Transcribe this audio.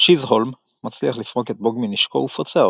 צ'יזהולם מצליח לפרוק את בוג מנשקו ופוצע אותו.